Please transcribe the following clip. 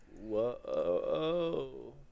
whoa